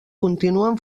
continuen